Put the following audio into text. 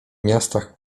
miastach